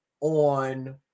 on